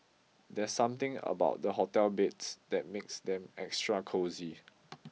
there's something about the hotel beds that makes them extra cosy